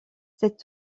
cette